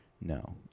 no